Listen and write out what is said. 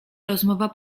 rozmowa